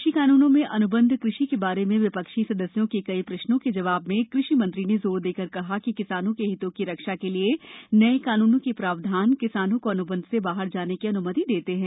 कृषि कानूनों में अन्बंध कृषि के बारे में विपक्षी सदस्यों के कई प्रश्नों के जवाब में कृषिमंत्री ने जोर देकर कहा कि किसानों के हितों की रक्षा के लिए नए कानूनों के प्रावधान किसानों को अन्बंध से बाहर जाने की अन्मति देते हैं